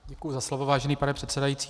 Děkuji za slovo, vážený pane předsedající.